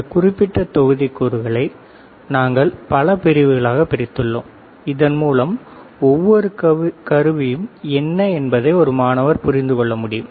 இந்த குறிப்பிட்ட தொகுதிக்கூறுகளை நாங்கள் பல பிரிவுகளாகப் பிரித்துள்ளோம் இதன் மூலம் ஒவ்வொரு கருவியும் என்ன என்பதை ஒரு மாணவர் புரிந்து கொள்ள முடியும்